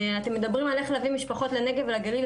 אתם מדברים על איך להביא משפחות לנגב ולגליל,